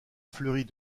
fleur